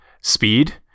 speed